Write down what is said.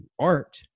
art